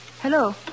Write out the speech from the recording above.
Hello